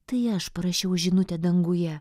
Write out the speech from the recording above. tai aš parašiau žinutę danguje